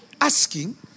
asking